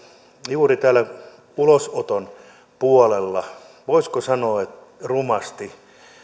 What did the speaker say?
juuri täällä ulosoton puolella voisiko sanoa rumasti